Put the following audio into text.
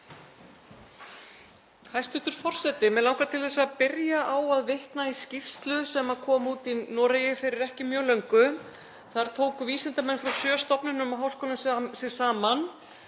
Hæstv. forseti. Mig langar til að byrja á að vitna í skýrslu sem kom út í Noregi fyrir ekki mjög löngu. Þar tóku vísindamenn frá sjö stofnunum og háskólum sig saman,